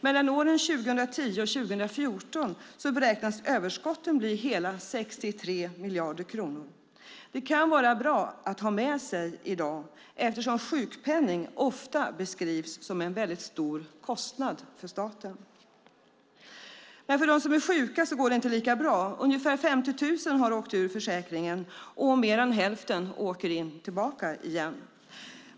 Mellan åren 2010 och 2014 beräknas överskotten bli hela 63 miljarder kronor. Det kan vara bra att ha med sig i dag, eftersom sjukpenning ofta beskrivs som en stor kostnad för staten. Men för dem som är sjuka går det inte lika bra. Ungefär 50 000 har åkt ur försäkringen, och mer än hälften åker tillbaka in igen.